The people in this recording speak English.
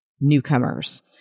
newcomers